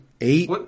eight